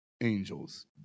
angels